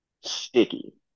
sticky